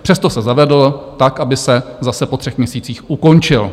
Přesto se zavedl tak, aby se zase po třech měsících ukončil.